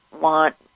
want